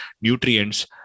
nutrients